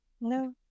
no